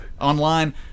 online